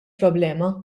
problema